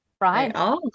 right